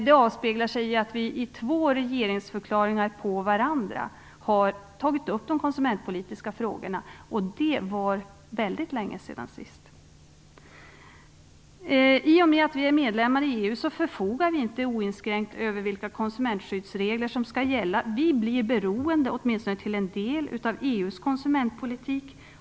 Det avspeglar sig i att vi i två regeringsförklaringar efter varandra har tagit upp de konsumentpolitiska frågorna, och det var mycket länge sedan det skedde sist. I och med att vårt land är medlem i EU förfogar vi inte oinskränkt över vilka konsumentskyddsregler som skall gälla. Vi blir åtminstone till en del beroende av EU:s konsumentpolitik.